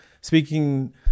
speaking